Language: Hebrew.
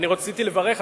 רציתי לברך,